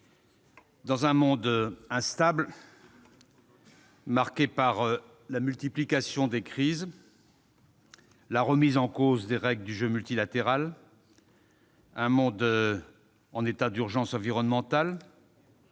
dans un monde instable, marqué par la multiplication des crises et la remise en cause des règles du jeu multilatéral, dans un monde en état d'urgence environnementale,